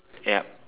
ya